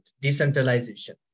Decentralization